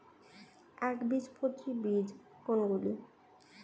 একবীজপত্রী বীজ কোন গুলি?